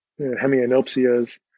hemianopsias